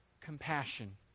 compassion